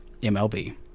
mlb